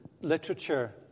literature